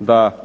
da